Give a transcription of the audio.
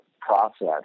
process